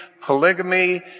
polygamy